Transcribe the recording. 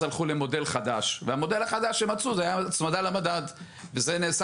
הלכו למודל חדש והמודל החדש שמצאו זה היה הצמדה למדד וזה נעשה